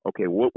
okay